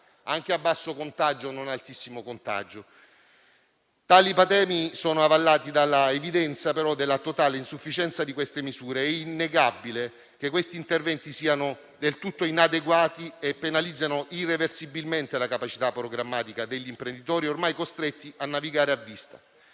anche a basso contagio, non altissimo. Tali patemi sono avallati dall'evidenza della totale insufficienza delle misure adottate. È innegabile che questi interventi siano del tutto inadeguati e penalizzino irreversibilmente la capacità programmatica degli imprenditori, ormai costretti a navigare a vista.